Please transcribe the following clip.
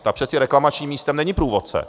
Tam přece reklamačním místem není průvodce.